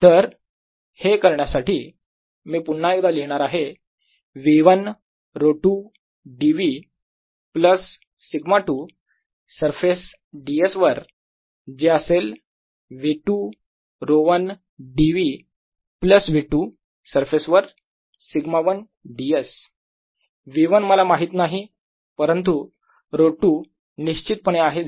तर हे करण्यासाठी मी पुन्हा एकदा लिहिणार आहे V1 ρ2 dv plus σ2 surface ds वर जे असेल V2 ρ1 dV plus V2 surface वर σ1 ds V1 मला माहित नाही परंतु ρ2 निश्चितपणे आहे 0